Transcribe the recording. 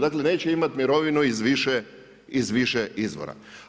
Dakle, neće imati mirovinu iz više izvora.